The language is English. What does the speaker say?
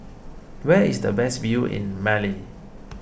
where is the best view in Mali